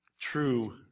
true